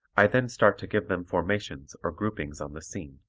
i then start to give them formations or groupings on the scene.